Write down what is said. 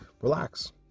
relax